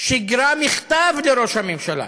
שיגרה מכתב לראש הממשלה